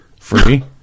Free